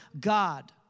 God